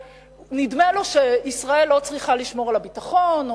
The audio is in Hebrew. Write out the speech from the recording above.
נדמה לו שישראל לא צריכה לשמור על הביטחון,